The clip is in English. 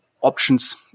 options